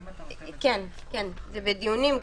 כן, זה בדיונים.